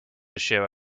share